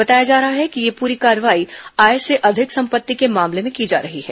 बताया जा रहा है कि यह पूरी कार्रवाई आय से अधिक संपत्ति के मामले में की जा रही है